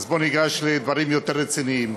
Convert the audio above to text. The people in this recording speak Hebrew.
אז בוא ניגש לדברים יותר רציניים.